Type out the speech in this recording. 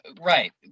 right